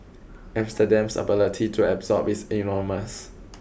Amsterdam's ability to absorb is enormous